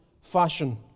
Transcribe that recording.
fashion